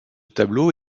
tableau